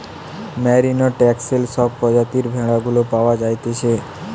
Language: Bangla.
মেরিনো, টেক্সেল সব প্রজাতির ভেড়া গুলা পাওয়া যাইতেছে